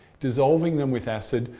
dissolving them with acid,